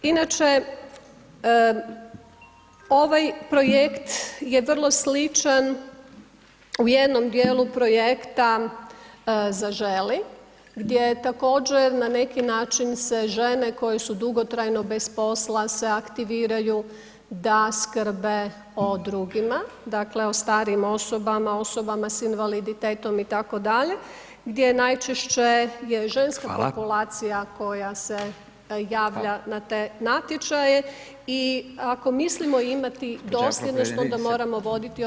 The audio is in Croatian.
Inače, ovaj projekt je vrlo sličan u jednom dijelu projekta Zaželi, gdje je također na neki način se žene koje su dugotrajno bez posla se aktiviraju da skrbe o drugima, dakle, o starijim osobama, osobama s invaliditetom, itd., gdje najčešće [[Upadica: Hvala.]] ženska populacija koja se javlja na te natječaje i ako mislimo imati dosljednost, onda moramo voditi ... [[Govornici govore istovremeno, ne razumije se.]] Hvala.